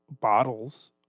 bottles